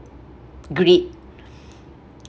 greed